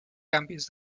cambios